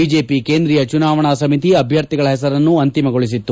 BJP ಕೇಂದ್ರೀಯ ಚುನಾವಣಾ ಸಮಿತಿ ಅಭ್ಯರ್ಥಿಗಳ ಹೆಸರನ್ನು ಅಂತಿಮಗೊಳಿಸಿತ್ತು